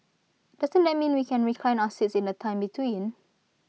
doesn't that mean that we can recline our seats in the time between